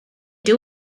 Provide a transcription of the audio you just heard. they